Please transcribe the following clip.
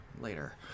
later